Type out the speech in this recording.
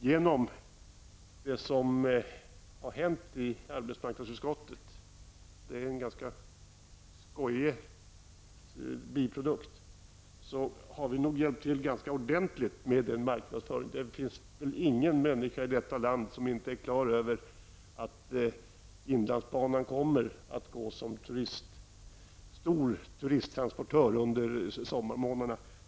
Genom det som har hänt i arbetsmarknadsutskottet -- det är en ganska skojig biprodukt -- har vi nog hjälpt till ganska ordentligt med marknadsföringen. Det finns väl inte en människa i detta land som inte fått klart för sig att inlandsbanan kommer att fungera som en stor turisttransportör under sommarmånaderna.